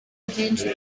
byinshi